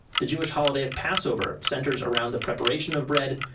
the jewish holiday of passover centers around the preparation of bread,